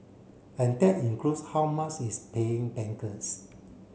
and that includes how much it's paying bankers